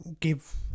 give